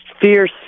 fierce